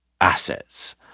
assets